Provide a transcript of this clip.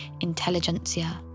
intelligentsia